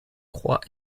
croix